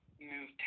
move